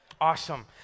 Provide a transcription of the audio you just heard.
Awesome